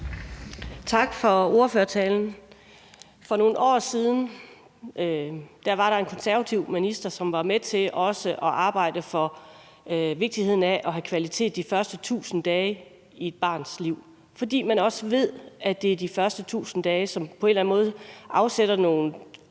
Tak for ordførertalen. For nogle år siden var en konservativ minister med til at arbejde for og så vigtigheden i, at der er kvalitet i de første 1.000 dage af et barns liv. For man ved, at det er de første 1.000 dage, som på en eller anden måde sætter nogle aftryk